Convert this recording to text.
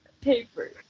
paper